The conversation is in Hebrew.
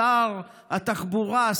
שר התחבורה,